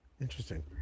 Interesting